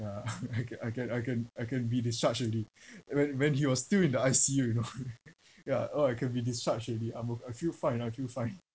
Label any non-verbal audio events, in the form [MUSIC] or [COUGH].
ya [LAUGHS] I can I can I can I can be discharged already when when he was still in the I_C_U you know [LAUGHS] ya orh I can be discharged already I'm o~ I feel fine I feel fine